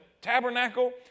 tabernacle